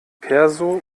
perso